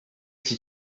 icyi